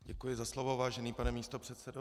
Děkuji za slovo, vážený pane místopředsedo.